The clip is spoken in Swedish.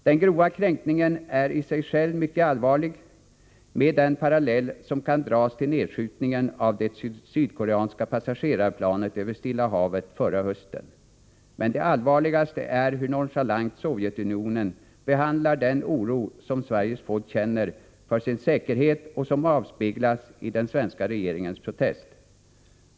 Den grova kränkningen är i sig själv mycket allvarlig, med den parallell som kan dras till nedskjutningen av det sydkoreanska passagerarplanet över Stilla havet förra hösten. Men det allvarligaste är hur nonchalant Sovjetunionen behandlar den oro som Sveriges folk känner för sin säkerhet och som avspeglas i den svenska regeringens protest.